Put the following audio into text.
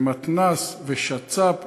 ומתנ"ס ושצ"פ,